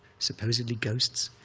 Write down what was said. supposedly ghosts.